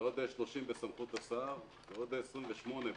ועוד 30 בסמכות השר ועוד כ-28.